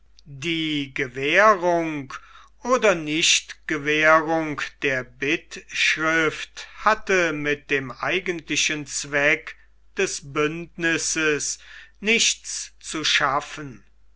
die gewährung oder nichtgewährung der bittschrift hatte mit dem eigentlichen zweck des bündnisses nichts zu schaffen